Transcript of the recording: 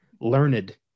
learned